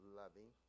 loving